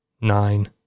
nine